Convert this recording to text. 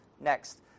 next